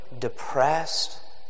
depressed